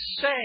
say